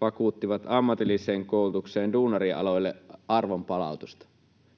vakuuttivat ammatilliseen koulutukseen, duunarialoille, arvonpalautusta.